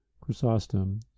Chrysostom